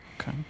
Okay